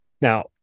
Now